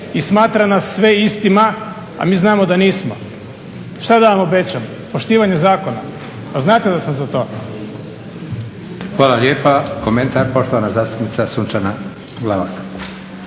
i smatra nas sve istima, a mi znamo da nismo. Šta da vam obećanje, poštivanje zakona, pa znate da sam za to. **Leko, Josip (SDP)** Hvala lijepa. Komentar, poštovana zastupnica Sunčana Glavak.